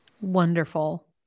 Wonderful